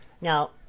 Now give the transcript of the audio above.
Now